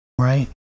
Right